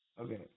Okay